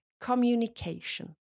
communication